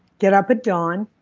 get up at dawn.